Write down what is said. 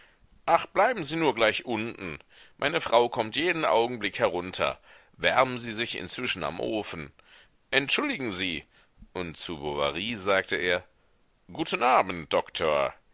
ach bleiben sie nur gleich unten meine frau kommt jeden augenblick herunter wärmen sie sich inzwischen am ofen entschuldigen sie und zu bovary sagte er guten abend doktor